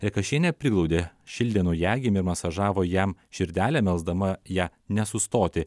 rekašienė priglaudė šildė naujagimį masažavo jam širdelę melsdama ją nesustoti